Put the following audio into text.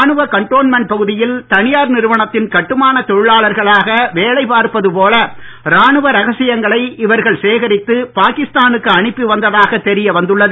ராணுவ கன்டோன்மென்ட் பகுதியில் தனியார் நிறுவனத்தின் கட்டுமானத் தொழிலாளர்களாக வேலை பார்ப்பது போல ராணுவ ரகசியங்களை இவர்கள் சேகரித்து பாகிஸ்தா னுக்கு அனுப்பி வந்ததாகத் தெரிய வந்துள்ளது